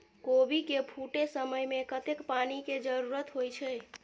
कोबी केँ फूटे समय मे कतेक पानि केँ जरूरत होइ छै?